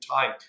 time